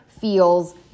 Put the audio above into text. Feels